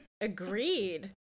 Agreed